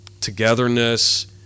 togetherness